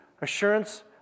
assurance